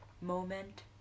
moment